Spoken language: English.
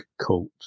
cult